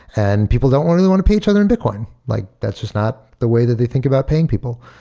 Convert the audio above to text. and people don't want and want to pay each other in bitcoin. like that's just not the way that they think about paying people.